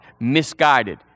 misguided